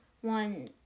One